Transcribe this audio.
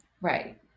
Right